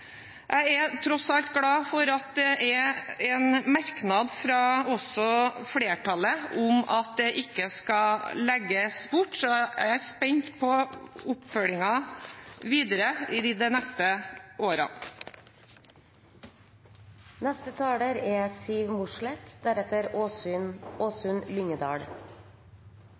Jeg er tross alt glad for at det er en merknad også fra flertallet om at det ikke skal legges bort, så jeg er spent på oppfølgingen videre i de neste